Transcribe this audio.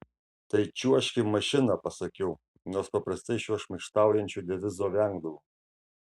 tai čiuožk į mašiną pasakiau nors paprastai šio šmaikštaujančio devizo vengdavau